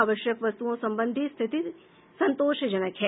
आवश्यक वस्तुओं संबंधी स्थिति संतोषजनक है